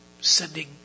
sending